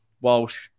Walsh